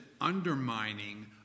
undermining